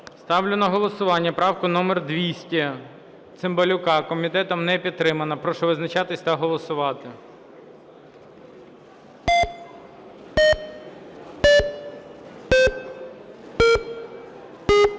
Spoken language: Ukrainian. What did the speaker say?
Ставлю на голосування правку номер 200 Цимбалюка. Комітетом не підтримана. Прошу визначатись та голосувати.